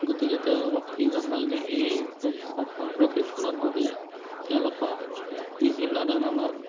গতিকে তেওঁলোকক কি কৰিব লাগে এই প্ৰশিক্ষণৰ বাবে তেওঁলোকক বিভিন্ন ধৰণৰ